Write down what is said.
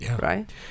right